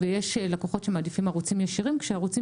ויש לקוחות שמעדיפים ערוצים ישירים כשערוצים